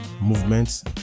movements